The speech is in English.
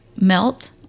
melt